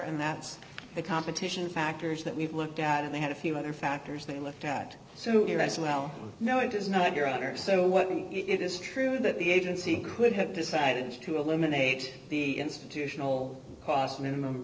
and that's the competition factors that we've looked at and they had a few other factors they looked at so here as well no it is not your honor so what it is true that the agency could have decided to eliminate the institutional cost minimum